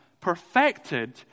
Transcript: perfected